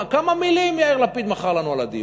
כמה מילים יאיר לפיד מכר לנו על הדיור?